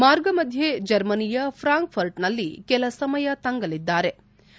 ಮಾರ್ಗಮಧ್ಯೆ ಜರ್ಮನಿಯ ಫ್ರಾಂಕ್ಫರ್ಟ್ನಲ್ಲಿ ಕೆಲ ಸಮಯ ತಂಗಲಿದ್ಲಾರೆ